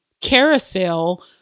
carousel